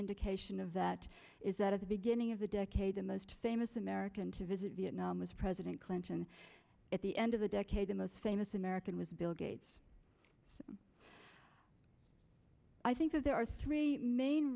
indication of that is that at the beginning of the decade the most famous american to visit vietnam was president clinton at the end of the decade the most famous american was bill gates i think that there are three main